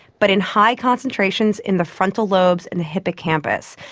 but in high concentrations in the frontal lobes and the hippocampus,